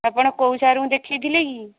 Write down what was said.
ଆପଣ କେଉଁ ସାର୍ଙ୍କୁ ଦେଖାଇଥିଲେ କି